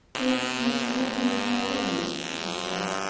is monsieur beaucaire in? he said.